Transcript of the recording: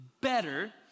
better